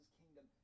kingdom